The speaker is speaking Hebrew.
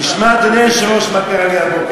תשמע, אדוני היושב-ראש, מה קרה לי הבוקר.